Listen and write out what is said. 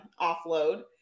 offload